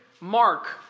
Mark